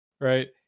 right